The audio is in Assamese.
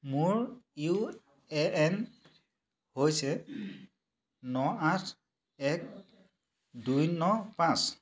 মোৰ ইউ এ এন হৈছে ন আঠ এক দুই ন পাঁচ